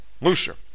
Looser